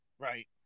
Right